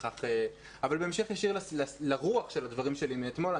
אבל בהמשך ישיר לרוח של הדברים שלי מאתמול,